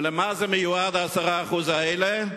ולמה מיועדים ה-10% האלה?